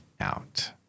out